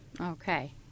Okay